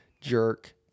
jerk